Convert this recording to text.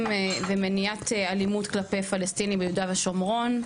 ומניעת אלימות כלפי פלשתינים ביהודה ושומרון.